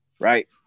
right